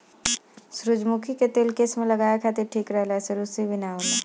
सुजरमुखी के तेल केस में लगावे खातिर ठीक रहेला एसे रुसी भी ना होला